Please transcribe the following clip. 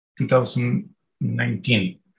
2019